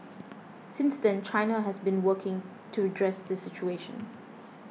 since then China has been working to redress this situation